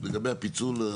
לגבי הפיצול,